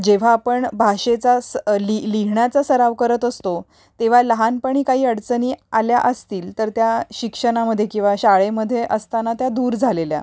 जेव्हा आपण भाषेचा स लिहि लिहण्याचा सराव करत असतो तेव्हा लहानपणी काही अडचणी आल्या असतील तर त्या शिक्षणामध्ये किंवा शाळेमध्ये असताना त्या दूर झालेल्या